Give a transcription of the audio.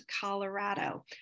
Colorado